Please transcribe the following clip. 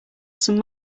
some